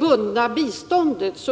Jag